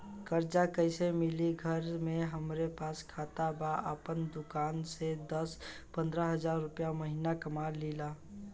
कर्जा कैसे मिली घर में हमरे पास खाता बा आपन दुकानसे दस पंद्रह हज़ार रुपया महीना कमा लीला?